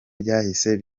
byahise